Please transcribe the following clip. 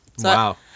Wow